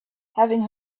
having